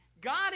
God